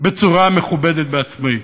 בצורה מכובדת ועצמאית.